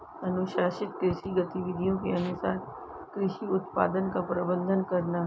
अनुशंसित कृषि गतिविधियों के अनुसार कृषि उत्पादन का प्रबंधन करना